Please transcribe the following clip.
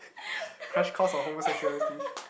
crash course on homosexuality